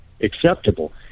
acceptable